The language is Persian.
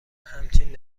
همچین